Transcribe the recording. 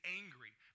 angry